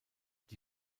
die